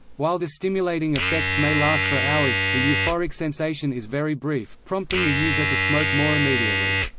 while the stimulating effects may last for hours, the euphoric sensation is very brief, prompting the user to smoke more immediately.